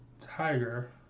tiger